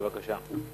בבקשה.